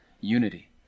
unity